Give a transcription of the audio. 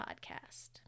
podcast